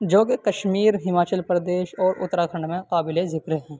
جو کہ کشمیر ہماچل پردیش اور اتراکھنڈ میں قابل ذکر ہیں